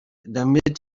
damit